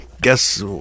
guess